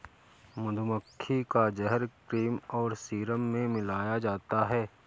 मधुमक्खी का जहर क्रीम और सीरम में मिलाया जाता है